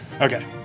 Okay